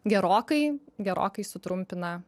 gerokai gerokai sutrumpina